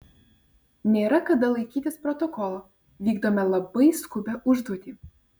nėra kada laikytis protokolo vykdome labai skubią užduotį